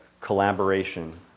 collaboration